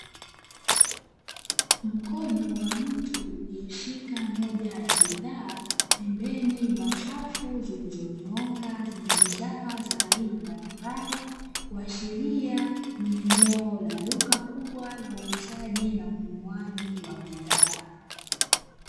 Mkono wa mtu ulioshika moja ya bidhaa pembeni mwa safu zilizonyooka zenye bidhaa za aina mbalimbali, kuashiria ni eneo la duka kubwa la uuzaji na ununuaji wa bidhaa.